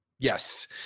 Yes